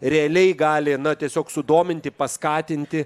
realiai gali na tiesiog sudominti paskatinti